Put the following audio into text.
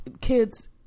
kids